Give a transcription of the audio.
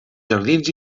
jardins